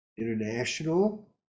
international